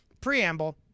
Preamble